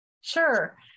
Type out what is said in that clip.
Sure